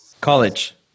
College